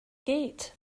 gate